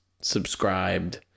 subscribed